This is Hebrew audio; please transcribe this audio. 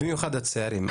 במיוחד הצעירים,